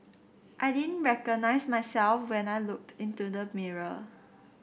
I didn't recognise myself when I looked into the mirror